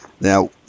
Now